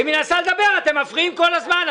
שלומית ארליך מנסה לדבר ואתם מפריעים כל הזמן.